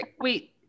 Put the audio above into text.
wait